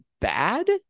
bad